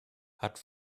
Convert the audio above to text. hat